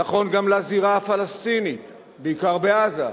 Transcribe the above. נכון גם לזירה הפלסטינית, בעיקר בעזה,